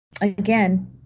again